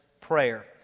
prayer